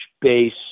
base